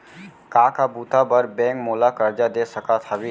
का का बुता बर बैंक मोला करजा दे सकत हवे?